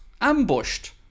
ambushed